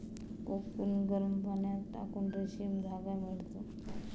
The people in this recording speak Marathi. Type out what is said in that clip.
कोकून गरम पाण्यात टाकून रेशीम धागा मिळतो